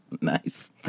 Nice